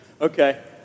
Okay